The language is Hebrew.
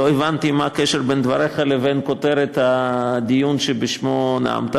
לא הבנתי מה הקשר בין דבריך לבין כותרת הדיון שבשמו נאמת.